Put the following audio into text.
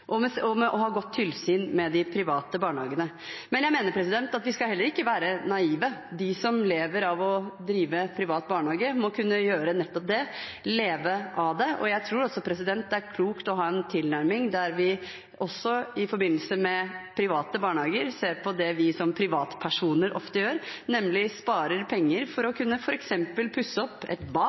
ha godt tilsyn med de private barnehagene. Men jeg mener vi heller ikke skal være naive. De som lever av å drive privat barnehage, må kunne gjøre nettopp det: leve av det. Jeg tror også det er klokt å ha en tilnærming der vi i forbindelse med private barnehager ser på det vi som privatpersoner ofte gjør, nemlig sparer penger for å kunne f.eks. å pusse opp et